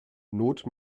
not